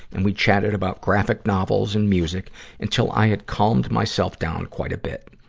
and we chatted about graphic novels and music until i had calmed myself down quite a bit.